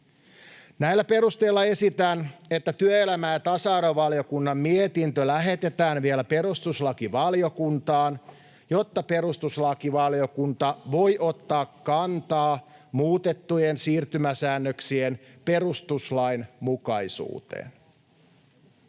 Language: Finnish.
Näillä perusteilla esitän, että työelämä- ja tasa-arvovaliokunnan mietintö lähetetään vielä perustuslakivaliokuntaan, jotta perustuslakivaliokunta voi ottaa kantaa muutettujen siirtymäsäännöksien perustuslainmukaisuuteen.